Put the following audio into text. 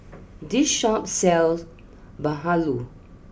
this Shop sells Bahulu